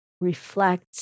Reflect